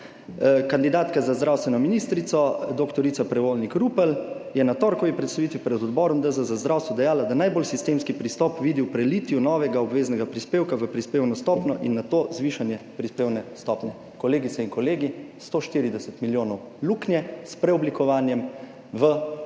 Kandidatka za zdravstveno ministrico dr. Prevolnik Rupel je na torkovi predstavitvi pred odborom DZ za zdravstvo dejala, da najbolj sistemski pristop vidi v prelitju novega obveznega prispevka v prispevno stopnjo in nato zvišanje prispevne stopnje. Kolegice in kolegi, 140 milijonov luknje s preoblikovanjem v obvezni